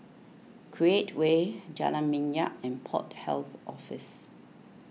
Create Way Jalan Minyak and Port Health Office